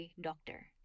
doctor